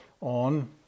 on